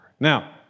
Now